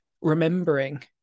remembering